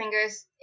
fingers